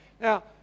Now